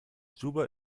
juba